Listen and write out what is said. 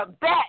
back